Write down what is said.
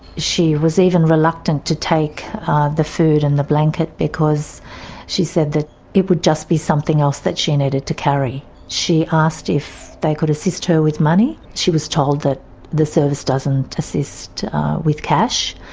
she was even reluctant to take the food and the blanket because she said that it would just be something else that she needed to carry. she asked if they could assist her with money, but she was told that the service doesn't assist with cash.